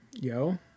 yo